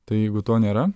tai jeigu to nėra